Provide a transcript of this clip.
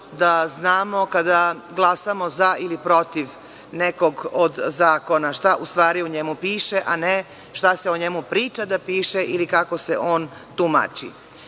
da znamo kada glasamo za ili protiv nekog od zakona, šta u stvari u njemu piše, a ne šta se o njemu priča da piše ili kako se on